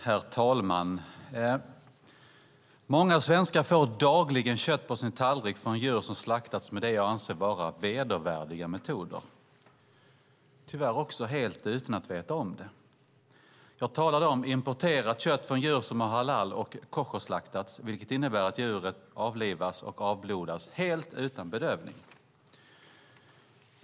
Herr talman! Många svenskar får dagligen kött på sin tallrik från djur som slaktats med något som jag anser vara vedervärdiga metoder, tyvärr helt utan att de vet om det. Jag talar om importerat kött från djur som halal och koscherslaktats, vilket innebär att djuren avlivats och avblodats helt utan bedövning.